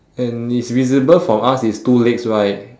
and it's visible for us it's two legs right